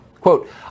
Quote